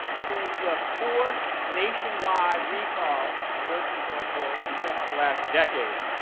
it was the fourth nationwide recall of birth control pills in just the last decade